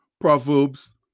Proverbs